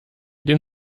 den